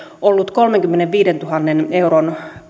kolmenkymmenenviidentuhannen euron